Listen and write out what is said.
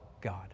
God